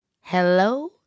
Hello